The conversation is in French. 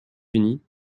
unis